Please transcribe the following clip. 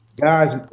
guys